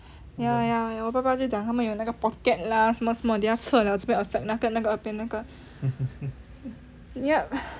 ya ya 我爸爸就讲他们有那个 pocket lah 什么什么等一下测了这边 affect 那个那个别那个 yup